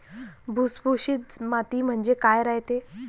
भुसभुशीत माती म्हणजे काय रायते?